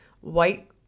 white